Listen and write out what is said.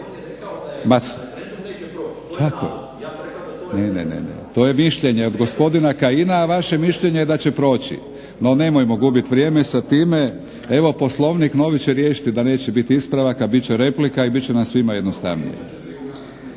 to je mišljenje od gospodina Kajina, a vaše je mišljenje da će proći. No nemojmo gubit vrijeme sa time. Evo Poslovnik novi će riješiti da neće biti ispravaka, bit će replika i bit će nam svima jednostavnije.